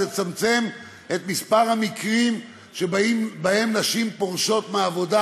תצמצם את מספר המקרים שבהם נשים פורשות מהעבודה